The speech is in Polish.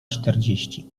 czterdzieści